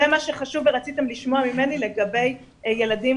ומה שחשוב ורציתם לשמוע ממני לגבי ילדים